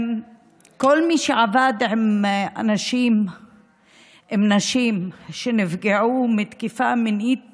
כל מי שעבד עם אנשים ועם נשים שנפגעו בתקיפה מינית